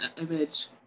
image